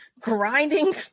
grinding